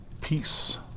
peace